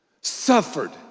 suffered